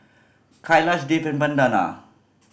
Kailash Dev and Vandana